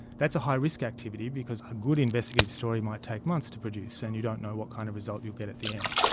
that's a high risk activity because a good investigative story might take months to produce, and you don't know what kind of result you'll get at the end.